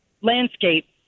landscape